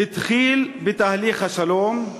התחיל בתהליך השלום,